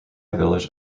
village